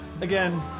Again